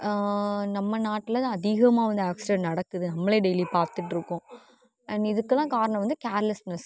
நம்ம நாட்டில் அதிகமாக வந்து ஆக்சிடென்ட் நடக்குது நம்மளே டெய்லியும் பார்த்துட்ருக்கோம் அண்ட் இதுக்கெல்லாம் காரணம் வந்து கேர்லஸ்னஸ்